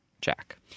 Jack